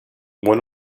one